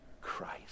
Christ